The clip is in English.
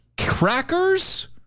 crackers